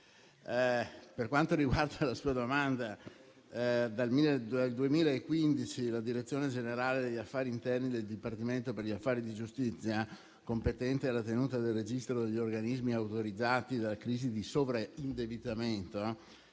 Per quanto riguarda la sua domanda, dal 2015 la direzione generale degli affari interni del dipartimento per gli affari di giustizia, competente alla tenuta del registro degli organismi autorizzati alla composizione delle crisi da sovraindebitamento,